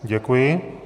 Děkuji.